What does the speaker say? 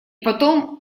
потом